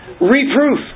Reproof